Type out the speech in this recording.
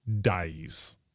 days